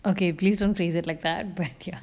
okay please don't phrase it like that but ya